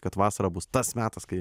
kad vasarą bus tas metas kai